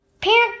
Parent